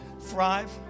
Thrive